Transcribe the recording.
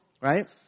Right